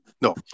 No